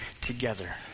together